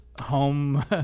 home